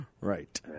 right